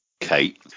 kate